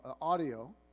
audio